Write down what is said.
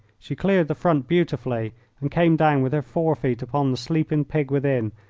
she cleared the front beautifully and came down with her forefeet upon the sleeping pig within,